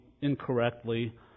incorrectly